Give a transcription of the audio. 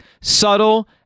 Subtle